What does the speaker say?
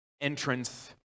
entrance